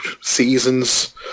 seasons